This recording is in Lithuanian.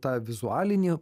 tą vizualinį